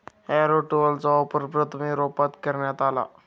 Harrow टूलचा वापर प्रथम युरोपात करण्यात आला